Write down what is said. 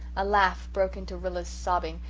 a laugh broke into rilla's sobbing,